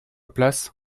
place